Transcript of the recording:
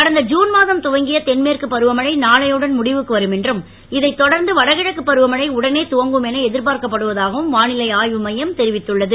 கடந்த ஜுன் மாதம் துவங்கிய தென்மேற்கு பருவமழை நானையுடன் முடிவுக்கு வரும் என்றும் இதைத் தொடர்ந்து வடகிழக்கு பருவமழை உடனே துவங்கும் என எதிர்பார்க்கப் படுவதாகவும் வானிலை மையம் தெரிவித்துள்ளது